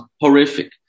horrific